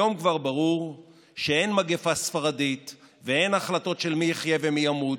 היום כבר ברור שאין מגפה ספרדית ואין החלטות מי יחיה ומי ימות,